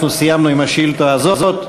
אנחנו סיימנו עם השאילתה הזאת.